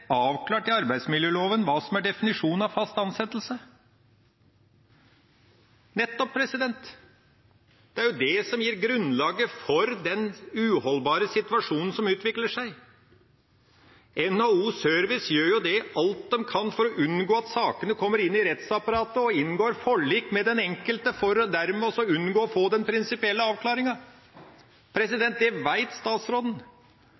avklart i arbeidsmiljøloven hva som er definisjonen på fast ansettelse. Nettopp – det er det som gir grunnlaget for den uholdbare situasjonen som utvikler seg. NHO Service gjør alt de kan for å unngå at sakene kommer inn i rettsapparatet, og inngår forlik med den enkelte, for dermed å unngå å få den prinsipielle avklaringa. Det vet statsråden.